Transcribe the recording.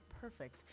perfect